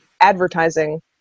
advertising